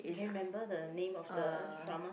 you can remember the name of the drama